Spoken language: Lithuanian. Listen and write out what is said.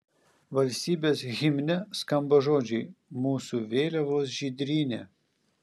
valstybės himne skamba žodžiai mūsų vėliavos žydrynė